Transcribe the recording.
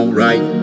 right